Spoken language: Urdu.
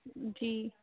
جی